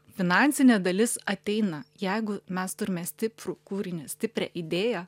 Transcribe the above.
finansinė dalis ateina jeigu mes turime stiprų kūrinį stiprią idėją